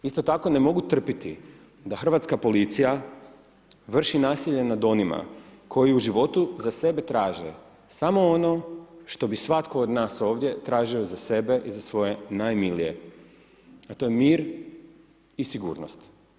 Isto tako, ne mogu trpiti da hrvatska policija vrši nasilje nad onima koji u životu za sebe traže samo ono što bi svatko od nas ovdje tražio za sebe i za svoje najmilije, a to je mir i sigurnost.